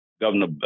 Governor